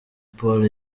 paul